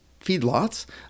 feedlots